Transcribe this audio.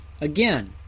again